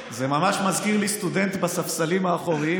זה ממש מזכיר לי סטודנט בספסלים האחוריים